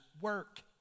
work